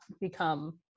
become